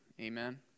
Amen